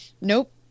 Nope